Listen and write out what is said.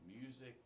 music